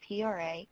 PRA